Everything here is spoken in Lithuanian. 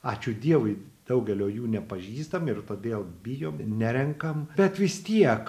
ačiū dievui daugelio jų nepažįstam ir todėl bijom nerenkam bet vis tiek